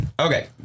okay